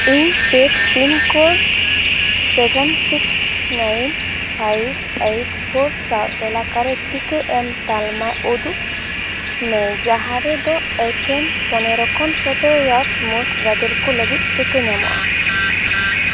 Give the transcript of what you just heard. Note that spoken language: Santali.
ᱤᱧ ᱯᱮᱰ pincode seven six nine five eight four ᱥᱟᱶ ᱮᱞᱟᱠᱟ ᱨᱮ ᱴᱤᱠᱟᱹ ᱮᱢ ᱛᱟᱞᱢᱟ ᱩᱫᱩᱜ ᱢᱮ ᱡᱟᱦᱟᱸ ᱨᱮᱫᱚ ᱮᱠᱮᱱ ᱯᱚᱱᱮᱨᱳ ᱠᱷᱚᱱ ᱥᱚᱛᱮᱨᱳ ᱤᱭᱟᱨᱥ ᱩᱢᱮᱨ ᱜᱟᱫᱮᱞ ᱠᱚ ᱞᱟᱹᱜᱤᱫ ᱴᱤᱠᱟᱹ ᱧᱟᱢᱚᱜᱼᱟ